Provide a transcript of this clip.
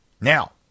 Now